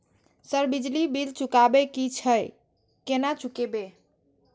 Sir बिजली bill चुकाबे की छे केना चुकेबे?